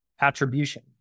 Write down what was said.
attribution